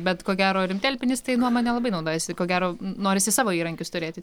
bet ko gero rimti alpinistai nuoma nelabai naudojasi ko gero norisi savo įrankius turėti